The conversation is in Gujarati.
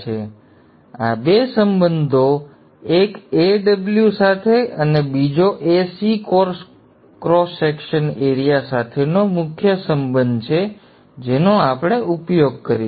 હવે આ બે સંબંધો એક Aw સાથે અને બીજો Ac core cross section area સાથેનો મુખ્ય સંબંધ છે જેનો આપણે ઉપયોગ કરીશું